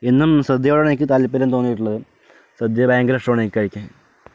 എന്നും സദ്യയോടാണ് എനിക്ക് താൽപര്യം തോന്നിയിട്ടുള്ളത് സദ്യ ഭയങ്കര ഇഷ്ടമാണ് എനിക്ക് കഴിക്കാൻ